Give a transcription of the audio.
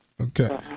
Okay